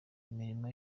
imirimo